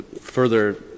further